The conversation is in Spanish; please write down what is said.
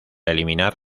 eliminar